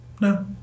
no